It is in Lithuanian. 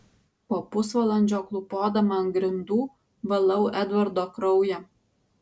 po pusvalandžio klūpodama ant grindų valau edvardo kraują